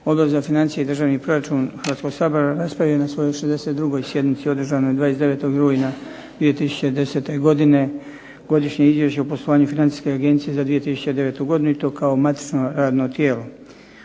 Odbor za financije i državni proračun Hrvatskoga sabora raspravio je na svojoj 62 sjednici održanoj 29. rujna 2010. godine Godišnje izvješće u poslovanju Financijske agencije za 2009. godinu i to kao matično radno tijelo.